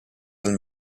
dal